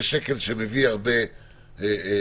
זה שקל שמביא הרבה שקלים,